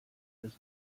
des